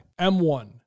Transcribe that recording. M1